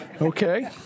Okay